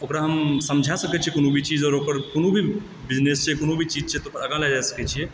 ओकरा हम समैझ सकै छियै कोनो भी चीज आओर ओकर कोनो भी बिजनेस छै कोनो भी चीज छै आगाँ लय जा सकै छियै